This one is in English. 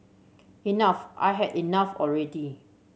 enough I had enough already